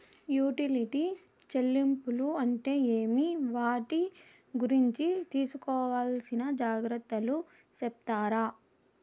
Utility చెల్లింపులు అంటే ఏమి? వాటి గురించి తీసుకోవాల్సిన జాగ్రత్తలు సెప్తారా?